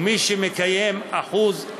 ומי שמקיים אחוז,